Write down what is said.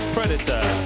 Predator